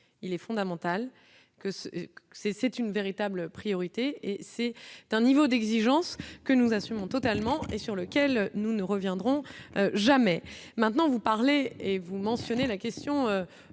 il est fondamental que ce c'est, c'est une véritable priorité et c'est d'un niveau d'exigence que nous assumons totalement et sur lequel nous ne reviendrons jamais maintenant vous parlez et vous mentionnez la question